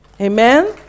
Amen